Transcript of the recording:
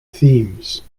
themes